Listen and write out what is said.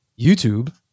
YouTube